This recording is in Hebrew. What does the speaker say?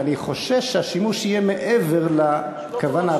אני חושש שהשימוש יהיה מעבר לכוונה,